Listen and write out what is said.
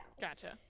Gotcha